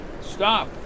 Stop